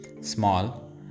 small